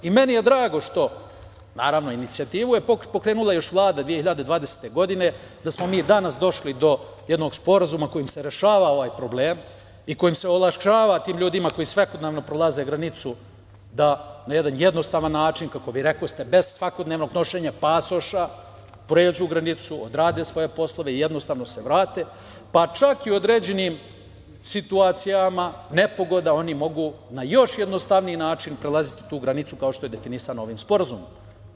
Meni je drago što, naravno, inicijativu je pokrenula još Vlada 2020. godine da smo mi danas došli do jednog Sporazuma kojim se rešava ovaj problem i kojim se olakšava tim ljudima koji svakodnevno prelaze granicu da na jedan jednostavan način, kako vi rekoste, bez svakodnevnog nošenja pasoša, pređu granicu, odrade svoje poslove i jednostavno se vrate, pa čak i u određenim situacijama nepogoda oni mogu na još jednostavniji način prelaziti tu granicu, kao što je definisano ovim sporazumom.